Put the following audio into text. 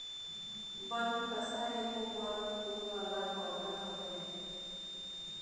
बनफशा एगो बड़ फूल वाला पौधा हवे